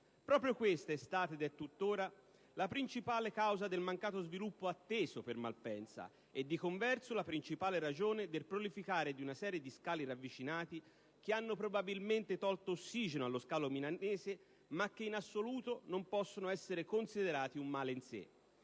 Proprio questa è stata ed è tuttora la principale causa del mancato sviluppo atteso per Malpensa e di converso la principale ragione del prolificare di una serie di scali ravvicinati che hanno probabilmente tolto ossigeno allo scalo milanese ma che in assoluto non possono essere considerati un male in sé.